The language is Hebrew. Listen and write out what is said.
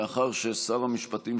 מאחר ששר המשפטים,